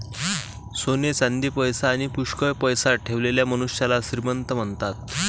सोने चांदी, पैसा आणी पुष्कळ पैसा ठेवलेल्या मनुष्याला श्रीमंत म्हणतात